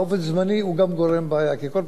מיושן ומנסה לשפץ אותו,